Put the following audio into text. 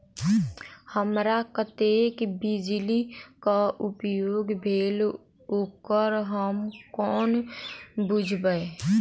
हमरा कत्तेक बिजली कऽ उपयोग भेल ओकर हम कोना बुझबै?